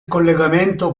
collegamento